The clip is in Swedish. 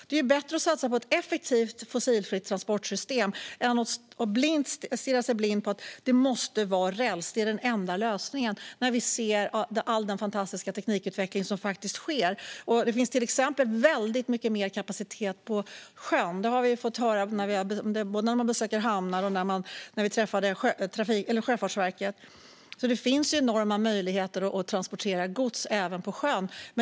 Det är bättre att satsa på ett effektivt, fossilfritt transportsystem nu när det sker en fantastisk teknikutveckling än att stirra sig blind på att räls är den enda lösningen. Det finns dessutom väldigt mycket mer kapacitet på sjön. Det hör man både när man besöker hamnar och när man träffar Sjöfartsverket. Det finns enorma möjligheter att transportera gods på sjön.